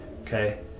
okay